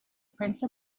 prince